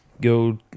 go